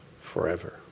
forever